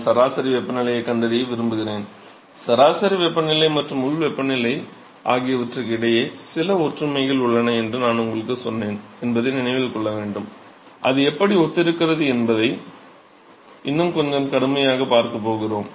நான் சராசரி வெப்பநிலையைக் கண்டறிய விரும்புகிறேன் சராசரி வெப்பநிலை மற்றும் உள் வெப்பநிலை ஆகியவற்றுக்கு இடையே சில ஒற்றுமைகள் உள்ளன என்று நான் உங்களுக்குச் சொன்னேன் என்பதை நினைவில் கொள்ள வேண்டும் அது எப்படி ஒத்திருக்கிறது என்பதை இன்னும் கொஞ்சம் கடுமையாகப் பார்க்கப் போகிறோம்